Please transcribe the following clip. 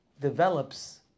develops